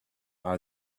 are